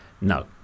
No